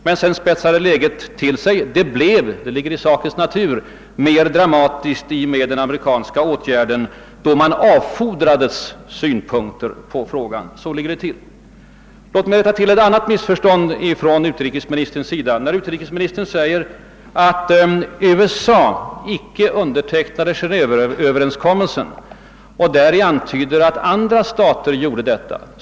Men sedan spetsades läget till; det blev — det ligger i sakens natur — mer dramatiskt i och med den amerikanska åtgärden. Vi avfordrades då synpunkter på frågan. Så ligger det till. Låt mig rätta till ett annat missförstånd från utrikesministerns sida. Han säger att USA inte undertecknade Genéve-överenskommelsen och antyder därmed att andra stater gjort detta.